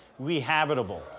rehabitable